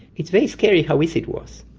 it's very scary how easy it was,